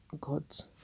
God's